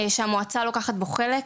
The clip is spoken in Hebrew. שהמועצה לוקחת בו חלק.